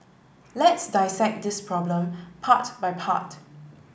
let's dissect this problem part by part